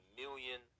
million